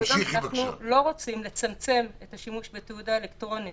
אנחנו לא רוצים לצמצם את השימוש בתעודה אלקטרונית